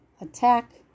attack